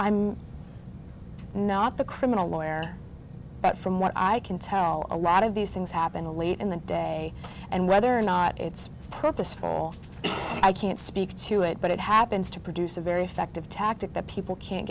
i'm not the criminal lawyer but from what i can tell a lot of these things happen along in the day and whether or not it's purposeful i can't speak to it but it happens to produce a very effective tactic that people can't